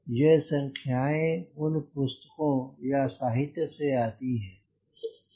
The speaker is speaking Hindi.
ये संख्याएँ उन पुस्तकों या साहित्य से आती हैं